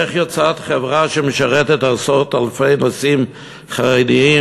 איך יוצאת חברה שמשרתת עשרות-אלפי נוסעים חרדים,